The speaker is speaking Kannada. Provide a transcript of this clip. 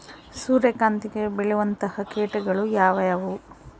ಸೂರ್ಯಕಾಂತಿಗೆ ಬೇಳುವಂತಹ ಕೇಟಗಳು ಯಾವ್ಯಾವು?